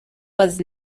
was